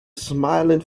smiling